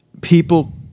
people